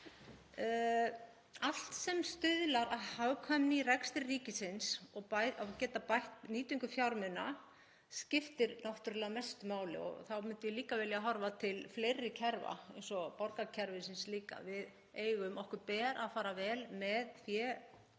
Allt sem stuðlar að hagkvæmni í rekstri ríkisins og að því að geta bætt nýtingu fjármuna skiptir náttúrlega mestu máli. Þá myndi ég líka vilja horfa til fleiri kerfa eins og borgarkerfisins. Okkur ber að fara vel með fé